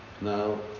Now